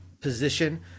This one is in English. position